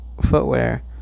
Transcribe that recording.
footwear